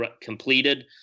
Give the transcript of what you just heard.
completed